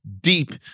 deep